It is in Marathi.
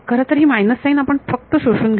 खरतर ही मायनस साइन आपण फक्त शोषून घेऊ